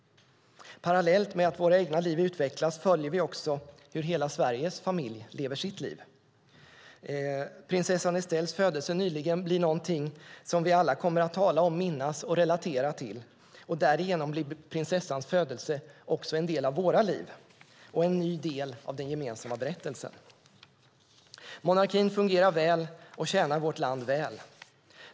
Parallellt med att våra egna liv utvecklas följer vi hur också hela Sveriges familj lever sitt liv. Prinsessan Estelles födelse nyligen blir något som vi alla kommer att tala om, minnas och relatera till, och därigenom blir prinsessans födelse också en del av våra liv och en ny del av den gemensamma berättelsen. Monarkin fungerar väl och tjänar vårt land väl.